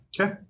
Okay